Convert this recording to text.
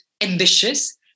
ambitious